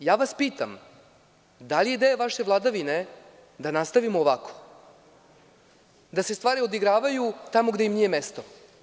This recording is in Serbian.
Pitam vas da li je ideja vaše vladavine da nastavimo ovako, da se stvari odigravaju tamo gde im nije mesto?